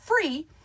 free